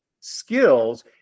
skills